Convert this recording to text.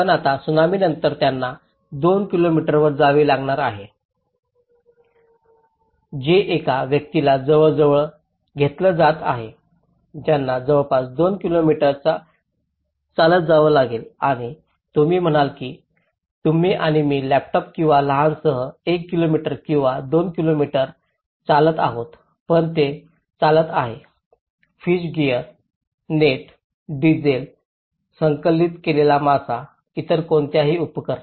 पण आता त्सुनामीनंतर त्यांना दोन किलोमीटरवर जावं लागणार आहे जे एका व्यक्तीला जवळजवळ घेतलं जातं आहे त्यांना जवळपास 2 किलोमीटर चालत जावं लागेल आणि तुम्ही म्हणाल की तुम्ही आणि मी लॅपटॉप किंवा लहानसह एक किलोमीटर किंवा दोन किलोमीटर चालत आहोत पण ते चालत आहेत फिश गियर नेट डिझेल संकलित केलेला मासा इतर कोणतीही उपकरणे